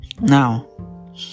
now